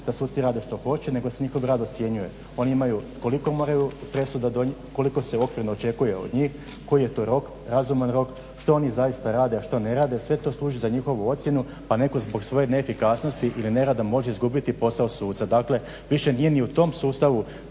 da suci rade što hoće nego se njihov rad ocjenjuje. Oni imaju koliko moraju presuda donijeti, koliko se okvirno očekuje od njih, koji je to razuman rok, što oni zaista rade, a što ne rade. Sve to služi za njihovu ocjenu pa netko zbog svoje neefikasnosti ili nerada može izgubiti posao suca. Dakle više nije ni u tom sustavu